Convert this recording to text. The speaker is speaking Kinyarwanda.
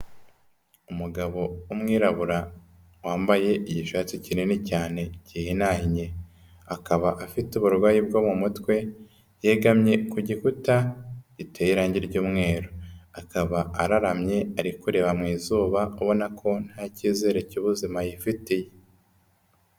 Umugabo w'umwirabura wambaye igishati kinini cyane gihinahinnye, akaba afite uburwayi bwo mu mutwe, yegamye ku gikuta giteye irangi ry'umweru, akaba araramye ari kureba mu izuba, ubona ko nta cyizere cy'ubuzima yifitiye.